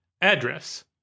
address